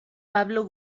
pablo